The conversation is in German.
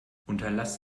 unterlass